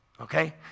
okay